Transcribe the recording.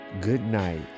Goodnight